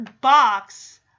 box